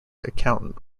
accountant